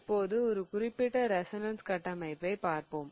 இப்போது ஒரு குறிப்பிட்ட ரெசோனன்ஸ் கட்டமைப்பைப் பார்ப்போம்